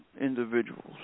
individuals